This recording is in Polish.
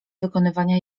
wykonywania